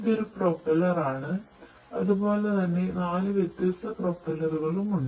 ഇത് ഒരു പ്രൊപ്പല്ലർ ആണ് അതുപോലെ തന്നെ 4 വ്യത്യസ്ത പ്രൊപ്പല്ലറുകളും ഉണ്ട്